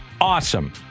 awesome